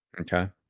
okay